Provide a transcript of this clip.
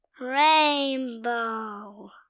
rainbow